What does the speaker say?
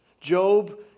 Job